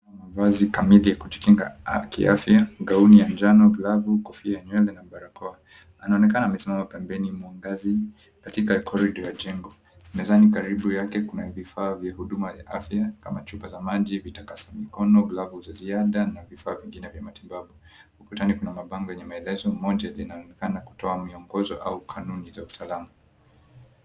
Mavazi kamili ya kujikinga kiafya gauni ya njano, glavu, kofia ya nywele na barakoa. Anaonekana amesimama pembeni mwa ngazi katika korido ya jengo. Mezani karibu yake kuna vifaa vya huduma ya afya kama chupa za maji, vitakasa mikono, glavu za ziada na vifaa vyingine vya matibabu. Ukutani kuna mabango yenye maelezo moja linaonekana kutoa miongozo au kanuni za usalama.